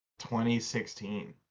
2016